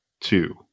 two